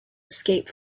escape